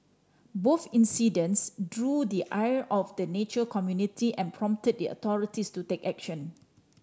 both incidents drew the ire of the nature community and prompted the authorities to take action